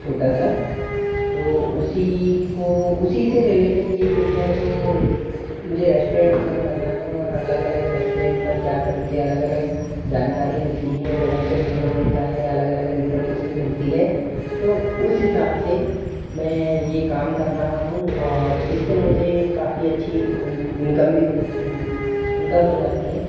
छोटा सा तो उसीको उसी से रिलेटिव ये फ़ील्ड है तो मुझे रेस्टोरेंट ओपन करना है और अलग अलग रेस्टोरेंट पर जाकर मुझे अलग अलग जानकारी मिलती है लोगों से मिलना होता है अलग अलग इनफ़ॉरमेसन मिलती है तो उस हिसाब से मैं ये काम कर रहा हूँ और इससे मुझे काफ़ी अच्छी इनकम भी हो इनकम हो जाती है